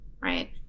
right